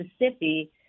Mississippi